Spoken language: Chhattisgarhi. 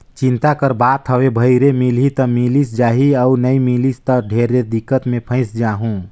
चिंता कर बात हवे भई रे मिलही त मिलिस जाही अउ नई मिलिस त ढेरे दिक्कत मे फंयस जाहूँ